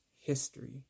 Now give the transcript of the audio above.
History